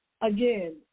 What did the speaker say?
Again